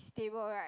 stable right